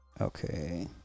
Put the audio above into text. Okay